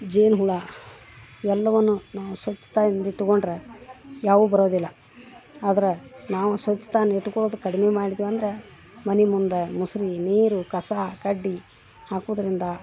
ಜೇನು ಹುಳ ಎಲ್ಲವನ್ನು ನಾವು ಸ್ವಚ್ಚತಾಯಿಂದ ಇಟ್ಕೊಂಡ್ರೆ ಯಾವೂ ಬರೋದಿಲ್ಲ ಆದ್ರೆ ನಾವು ಸ್ವಚ್ಛತಾನ ಇಟ್ಕೊಳೋದು ಕಡಿಮೆ ಮಾಡಿದೀವ್ ಅಂದ್ರೆ ಮನೆ ಮುಂದೆ ಮುಸುರೆ ನೀರು ಕಸಾ ಕಡ್ಡಿ ಹಾಕೋದ್ರಿಂದ